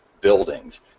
buildings